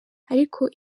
ariko